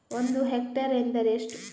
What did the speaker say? ಒಂದು ಹೆಕ್ಟೇರ್ ಎಂದರೆ ಎಷ್ಟು?